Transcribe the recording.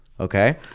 Okay